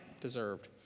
deserved